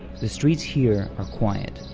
the streets here are quiet.